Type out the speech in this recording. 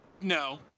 no